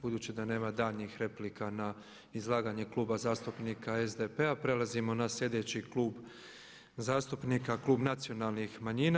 Budući da nema daljnjih replika na izlaganje Kluba zastupnika SDP-a prelazimo na sljedeći klub zastupnika, klub nacionalnih manjina.